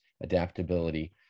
adaptability